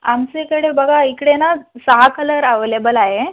आमचेकडे बघा इकडे ना सहा कलर आवलेबल आहे